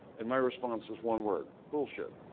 and my response is one word, bullshit.